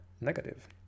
negative